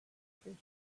figures